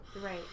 Right